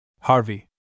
Harvey